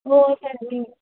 ओ तत्